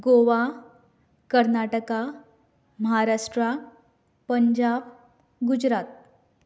Goa Karnataka Maharashtra Punjab Gujarat